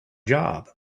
job